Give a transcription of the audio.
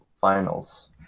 finals